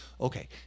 okay